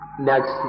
Next